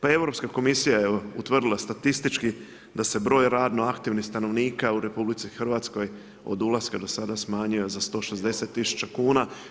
Pa Europska komisija je utvrdila statistički da se broj radno aktivnih stanovnika u RH od ulaska do sada smanjio za 160 000 kuna.